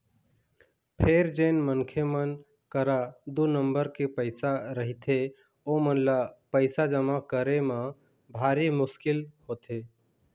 फेर जेन मनखे मन करा दू नंबर के पइसा रहिथे ओमन ल पइसा जमा करे म भारी मुसकिल होथे